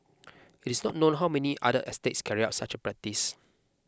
it is not known how many other estates carried out such a practice